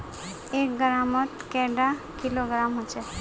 एक ग्राम मौत कैडा किलोग्राम होचे?